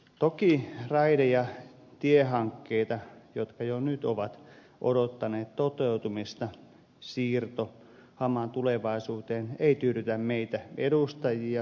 toki raide ja tiehankkeiden jotka jo nyt ovat odottaneet toteutumista siirto hamaan tulevaisuuteen ei tyydytä meitä edustajia puhumattakaan kentästä